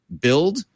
build